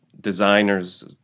designers